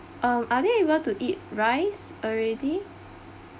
um are they able to eat rice already